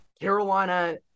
Carolina